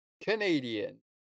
Canadian